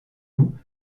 loups